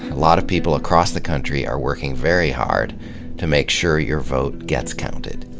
a lot of people across the country are working very hard to make sure your vote gets counted.